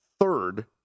third